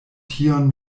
tion